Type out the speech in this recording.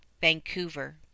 Vancouver